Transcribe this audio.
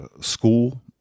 school